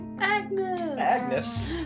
agnes